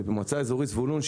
במועצה האזורית זבולון,